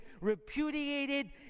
repudiated